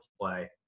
play